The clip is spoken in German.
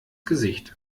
gesicht